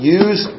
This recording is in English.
use